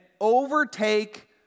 overtake